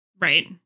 Right